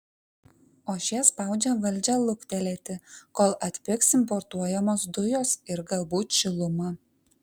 o šie spaudžia valdžią luktelėti kol atpigs importuojamos dujos ir galbūt šiluma